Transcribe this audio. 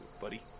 buddy